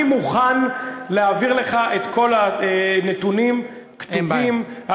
אני מוכן להעביר לך את כל הנתונים כתובים.